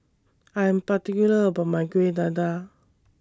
I'm particular about My Kuih Dadar